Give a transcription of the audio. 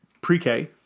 Pre-K